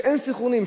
שאין סנכרונים,